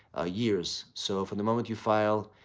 ah years. so, from the moment you file,